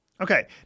Okay